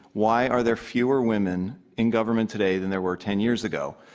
why are there fewer women in government today than there were ten years ago?